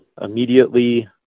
immediately